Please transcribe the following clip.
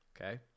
Okay